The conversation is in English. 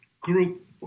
group